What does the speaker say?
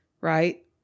right